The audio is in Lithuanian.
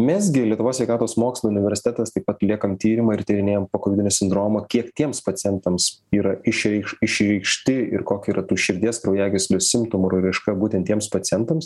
mes gi lietuvos sveikatos mokslų universitetas taip pat liekam tyrimą ir tyrinėjam pokovidinio sindromo kiek tiems pacientams yra išreikš išreikšti ir kokia yra tų širdies kraujagyslių simptomų ir raiška būtent tiems pacientams